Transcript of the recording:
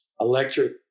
electric